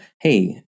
hey